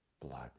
blood